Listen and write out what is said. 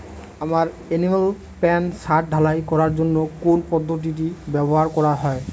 আমার animal pen ছাদ ঢালাই করার জন্য কোন পদ্ধতিটি ব্যবহার করা হবে?